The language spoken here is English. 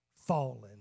fallen